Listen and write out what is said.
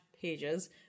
pages